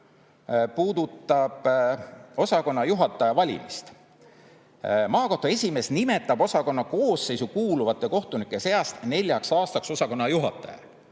muudatusettepanek puudutab osakonnajuhataja valimist. "Maakohtu esimees nimetab osakonna koosseisu kuuluvate kohtunike seast neljaks aastaks osakonnajuhataja."